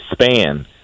span